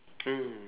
mm